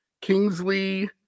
Kingsley